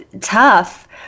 tough